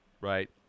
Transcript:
Right